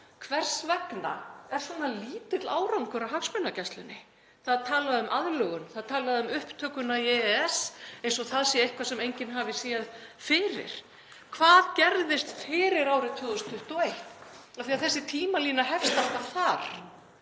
Hvers vegna er svona lítill árangur af hagsmunagæslunni? Það er talað um aðlögun og upptökuna í EES eins og það sé eitthvað sem enginn hafi séð fyrir. Hvað gerðist fyrir árið 2021? Þessi tímalína hefst alltaf þar,